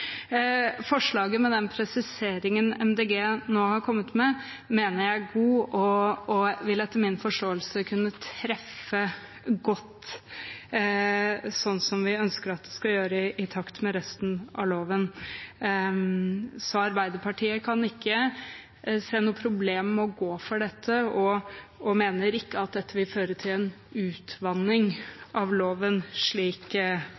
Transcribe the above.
Forslaget med den presiseringen Miljøpartiet De Grønne har kommet med, mener jeg er godt, og det vil etter min forståelse kunne treffe godt, slik vi ønsker at det skal gjøre i takt med resten av loven. Arbeiderpartiet kan ikke se noe problem med å gå for dette og mener at det ikke vil føre til en utvanning av loven, slik